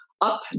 up